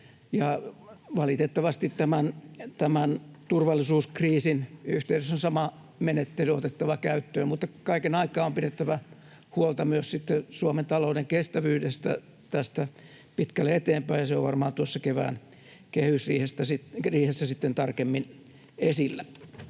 valitettavasti tämän turvallisuuskriisin yhteydessä on sama menettely otettava käyttöön, mutta kaiken aikaa on pidettävä huolta myös sitten Suomen talouden kestävyydestä tästä pitkälle eteenpäin, ja se on varmaan tuossa kevään kehysriihessä sitten tarkemmin esillä.